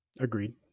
Agreed